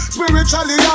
Spiritually